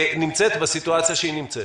נמצאת בסיטואציה שבה היא נמצאת?